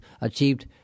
achieved